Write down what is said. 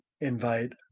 invite